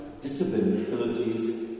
Disabilities